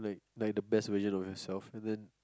like the best version of yourself and then